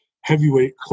heavyweight